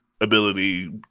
ability